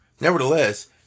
Nevertheless